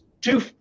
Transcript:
two